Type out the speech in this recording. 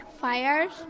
fires